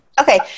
Okay